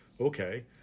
Okay